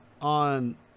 on